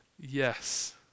Yes